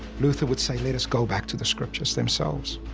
luther would say, let us go back to the scriptures themselves.